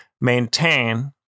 maintain